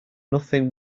nothing